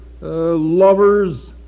lovers